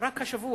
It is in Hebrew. רק השבוע,